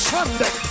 Sunday